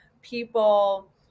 people